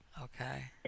Okay